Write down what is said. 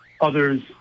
Others